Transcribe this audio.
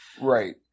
right